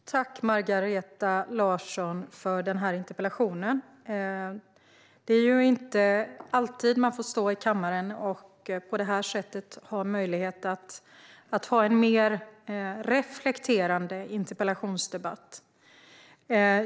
Fru talman! Jag tackar Margareta Larsson för interpellationen. Det är inte alltid man får stå i kammaren och på det här sättet ha möjlighet till en mer reflekterande interpellationsdebatt.